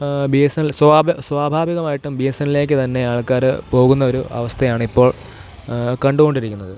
B S N L സ്വാഭ സ്വാഭാവികമായിട്ടും B S N എല്ലിലേക്ക് തന്നെ ആൾക്കാർ പോകുന്നൊരു അവസ്ഥയാണിപ്പോൾ കണ്ടു കൊണ്ടിരിക്കുന്നത്